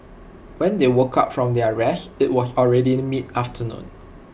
when they woke up from their rest IT was already mid afternoon